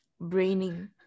braining